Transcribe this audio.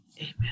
Amen